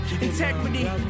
integrity